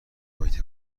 محیط